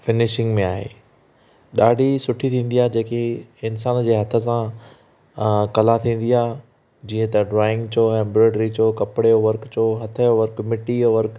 finishing में आहे ॾाढी सुठी थींदी आहे जेकी इंसान जे हथ सां कला थींदी आहे जीअं त ड्रॉइंग चयो एम्ब्राइडरी चयो कपिड़े जो वर्क चओ हथ जो वर्क मिटीअ जो वर्क